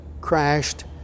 crashed